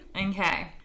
Okay